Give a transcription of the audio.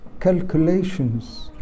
calculations